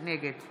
נגד